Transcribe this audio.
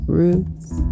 roots